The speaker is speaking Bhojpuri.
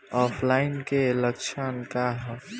ऑफलाइनके लक्षण क वा?